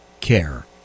Care